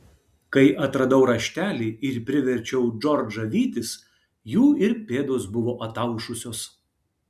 kai atradau raštelį ir priverčiau džordžą vytis jų ir pėdos buvo ataušusios